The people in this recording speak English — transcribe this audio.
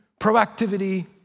proactivity